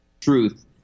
truth